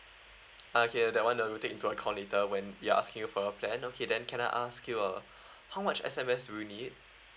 uh okay that one will take into account later when we're asking you for your plan okay then can I ask you uh how much S_M_S do you need